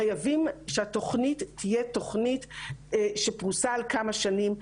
חייבים שהתכנית תהיה תכנית שפרוסה על כמה שנים,